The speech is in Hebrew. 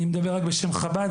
אני מדבר רק בשם חב"ד,